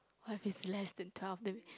what if it's less than twelve then we